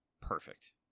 Perfect